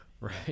Right